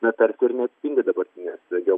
na tarsi ir neatspindi dabartinės geo